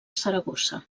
saragossa